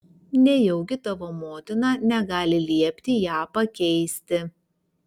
nejaugi tavo motina negali liepti ją pakeisti